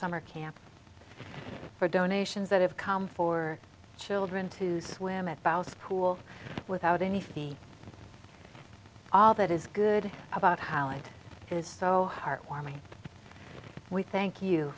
summer camp for donations that have come for children to swim at both pool without anything all that is good about how it is so heartwarming we thank you